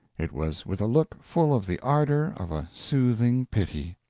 it was with a look full of the ardor of a soothing pity